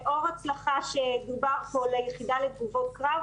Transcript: לאור הצלחה שדובר פה ל"יחידה לתגובות קרב",